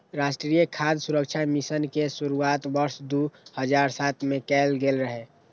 राष्ट्रीय खाद्य सुरक्षा मिशन के शुरुआत वर्ष दू हजार सात मे कैल गेल रहै